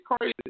crazy